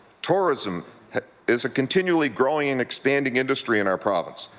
tourism is a continually growing and expanding industry in our province.